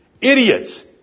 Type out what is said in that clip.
idiots